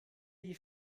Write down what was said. die